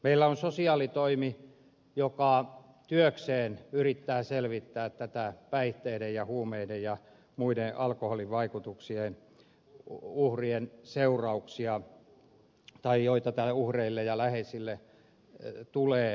meillä on sosiaalitoimi joka työkseen yrittää selvittää tätä päihteiden ja huumeiden ja alkoholin vaikutuksien uhrien seurauksia joita uhreille ja läheisille tulee